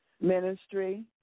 ministry